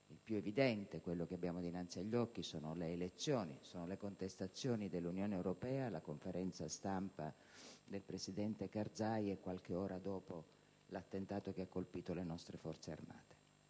il più evidente, quello che abbiamo dinanzi agli occhi, sono le elezioni; le contestazioni dell'Unione europea; la conferenza stampa del presidente Karzai e, qualche ora dopo, l'attentato che ha colpito le nostre Forze armate;